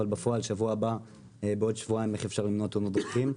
אבל בפועל בשבוע הבא ובעוד שבועיים איך אפשר למנוע תאונות דרכים.